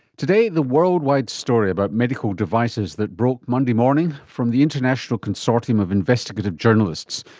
today, the worldwide story about medical devices that broke monday morning from the international consortium of investigative journalists,